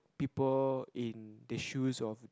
people in the shoes of